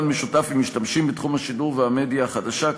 משותף עם משתמשים מתחום השידור והמדיה החדשה,